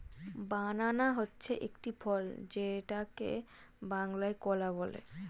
বানানা হচ্ছে একটি ফল যেটাকে বাংলায় কলা বলে